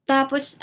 Tapos